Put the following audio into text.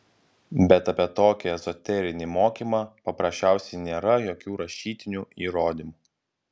bet apie tokį ezoterinį mokymą paprasčiausiai nėra jokių rašytinių įrodymų